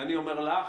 ואני אומר לך,